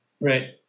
Right